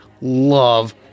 love